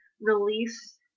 release